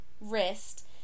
wrist